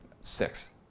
Six